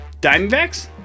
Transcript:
Diamondbacks